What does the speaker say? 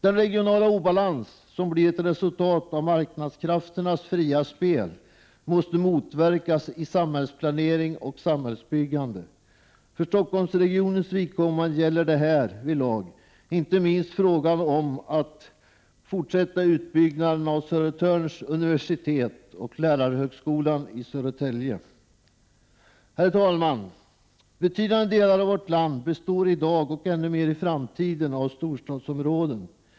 Den regionala obalans som blir ett resultat av marknadskrafternas fria spel måste motverkas i samhällsplanering och samhällsbyggande. För Stockholmsregionens vidkommande gäller det härvidlag inte minst frågan om att fortsätta utbyggnaden av Södertörns universitet och lärarhögskolan i Södertälje. Herr talman! Betydande delar av vårt land består i dag och kommer ännu mer i framtiden att bestå av storstadsområden.